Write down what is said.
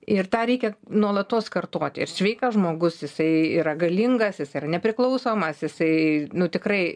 ir tą reikia nuolatos kartoti ir sveikas žmogus jisai yra galingas jis yra nepriklausomas jisai nu tikrai